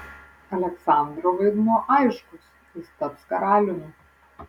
aleksandro vaidmuo aiškus jis taps karaliumi